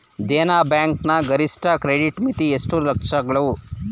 Dena bank ನ ಗರಿಷ್ಠ credit ಮಿತಿ ಎಷ್ಟು ಲಕ್ಷಗಳು?